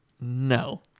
no